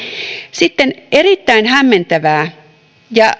sitten erittäin hämmentävää ja